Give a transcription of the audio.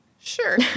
sure